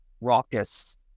raucous